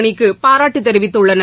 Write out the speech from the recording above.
அணிக்கு பாராட்டு தெரிவித்துள்ளனர்